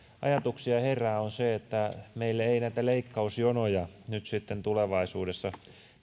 ajatuksia herää on se että meille ei näitä leikkausjonoja nyt sitten tulevaisuudessa